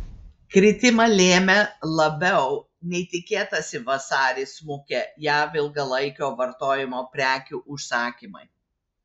kritimą lėmė labiau nei tikėtasi vasarį smukę jav ilgalaikio vartojimo prekių užsakymai